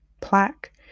plaque